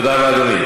תודה רבה, אדוני.